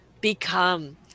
become